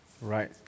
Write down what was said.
Right